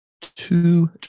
Two